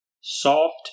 soft